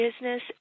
business